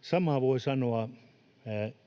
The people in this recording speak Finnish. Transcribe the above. Samaa voi sanoa